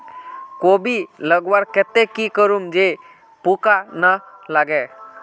कोबी लगवार केते की करूम जे पूका ना लागे?